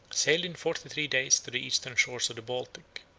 sailed in forty-three days to the eastern shores of the baltic,